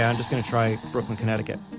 and just going to try brooklyn connecticut.